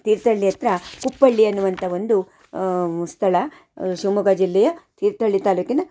ತೀರ್ಥಹಳ್ಳಿ ಹತ್ತಿರ ಕುಪ್ಪಳ್ಳಿ ಅನ್ನುವಂಥ ಒಂದು ಸ್ಥಳ ಶಿವಮೊಗ್ಗ ಜಿಲ್ಲೆಯ ತೀರ್ಥಹಳ್ಳಿ ತಾಲೂಕಿನ